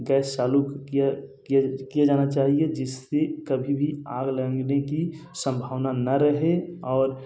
gas चालू किया किया जा किया जाना चाहिए जिससे कभी भी आग लगने की सम्भावना न रहे और